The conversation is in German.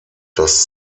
das